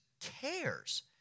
cares